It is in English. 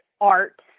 art